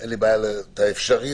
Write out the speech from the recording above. אין לי בעיה להוסיף "אפשרי"